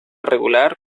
regular